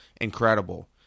Incredible